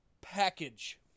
package